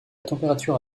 température